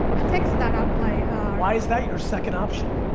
a tech startup. like why is that your second option?